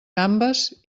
gambes